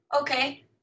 okay